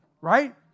right